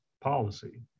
Policy